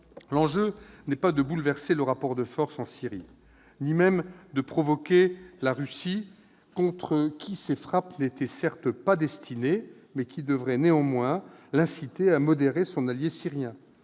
l'enjeu n'est pas de bouleverser le rapport de force en Syrie ni même de provoquer la Russie, contre qui ces frappes n'étaient certes pas destinées, mais qui devraient néanmoins l'inciter à modérer son allié syrien.